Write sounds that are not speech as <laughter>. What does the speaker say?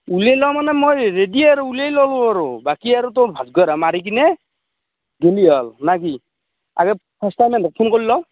ওলাই ল মানে মই ৰেডি আৰু ওলাই ল'লো আৰু বাকী আৰু তোৰ ভাতগড়া মাৰি কিনে দিলে হ'ল না কি আগে ফাৰ্ষ্ট টাইম <unintelligible> ফোন কৰি লওঁ